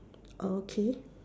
okay